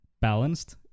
balanced